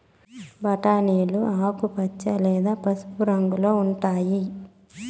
బఠానీలు ఆకుపచ్చ లేదా పసుపు రంగులో ఉంటాయి